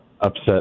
upset